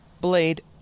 Blade